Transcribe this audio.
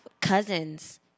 cousins